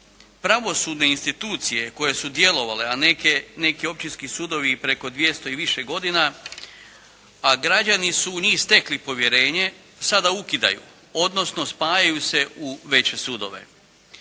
pravosudne institucije koje su djelovale, a neki općinski sudovi i preko 200 i više godina, a građani su u njih stekli povjerenje sada ukidaju, odnosno spajaju se u veće sudove.